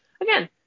Again